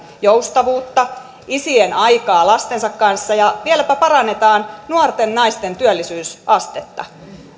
joustavuutta ja isien aikaa lastensa kanssa ja vieläpä parannetaan nuorten naisten työllisyysastetta